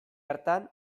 hartan